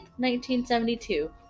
1972